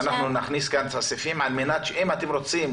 שאנחנו נכניס כאן את הסעיפים על מנת שאם אתם רוצים